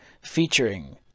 featuring